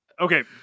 Okay